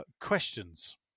questions